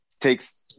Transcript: takes –